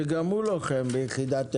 שגם הוא לוחם ביחידת עילית.